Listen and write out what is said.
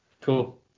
Cool